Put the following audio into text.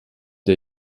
der